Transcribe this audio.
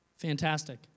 fantastic